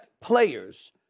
players